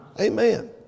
Amen